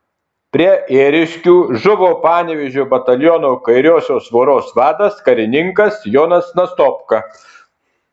prie ėriškių žuvo panevėžio bataliono kairiosios voros vadas karininkas jonas nastopka